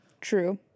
True